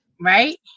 Right